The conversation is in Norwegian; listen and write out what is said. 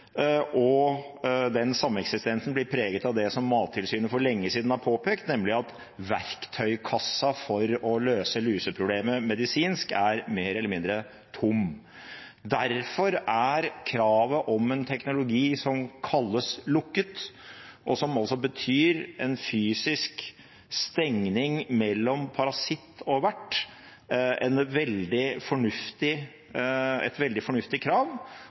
blir preget av det som Mattilsynet for lenge siden har påpekt, nemlig at verktøykassa for å løse luseproblemet medisinsk er mer eller mindre tom. Derfor er kravet om en teknologi som kalles lukket, og som altså betyr en fysisk stengning mellom parasitt og vert, et veldig fornuftig krav og et krav